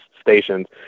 stations